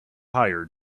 hired